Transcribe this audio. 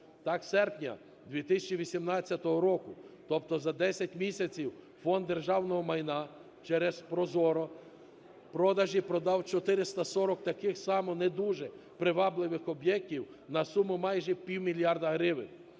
Так, з серпня 2018 року, тобто за 10 місяців Фонд державного майна через ProZorro.Продажі продав 440 таких само не дуже привабливих об'єктів на суму майже півмільярда гривень.